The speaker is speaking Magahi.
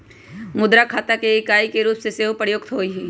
मुद्रा खता के इकाई के रूप में सेहो प्रयुक्त होइ छइ